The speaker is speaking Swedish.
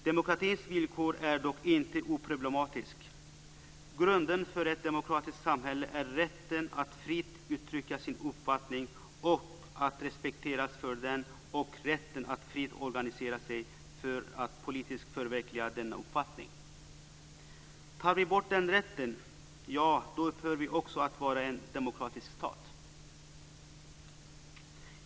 Demokratins villkor är dock inte oproblematiska. Grunden för ett demokratiskt samhälle är rätten att fritt uttrycka sin uppfattning och att respekteras för den och rätten att fritt organisera sig för att politiskt förverkliga denna uppfattning. Tar vi bort den rätten, ja då upphör vi också att vara en demokratisk stat.